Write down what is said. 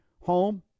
home